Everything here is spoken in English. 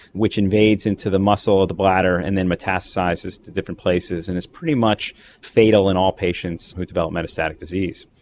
which invades into the muscle of the bladder and then metastasises to different places and is pretty much fatal in all patients who develop metastatic disease.